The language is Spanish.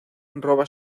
roba